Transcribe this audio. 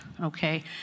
okay